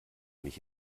mich